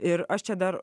ir aš čia dar